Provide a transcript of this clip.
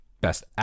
best